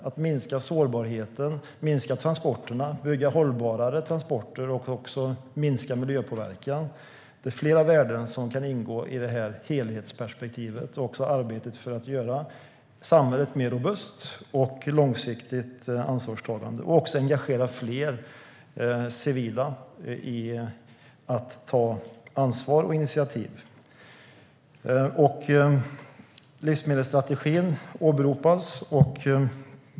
Att minska sårbarheten, att minska transporterna, att bygga hållbarare transporter och att minska miljöpåverkan - flera värden kan ingå i helhetsperspektivet och arbetet för att göra samhället mer robust och långsiktigt ansvarstagande. Det gäller även att engagera fler civila i att ta ansvar och initiativ. Livsmedelsstrategin åberopas.